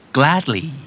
gladly